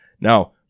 Now